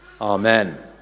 amen